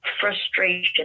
frustration